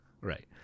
Right